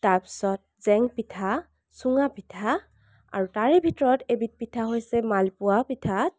তাৰপিছত জেংপিঠা চুঙাপিঠা আৰু তাৰে ভিতৰত এবিধ পিঠা হৈছে মালপোৱা পিঠা